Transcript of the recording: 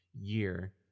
year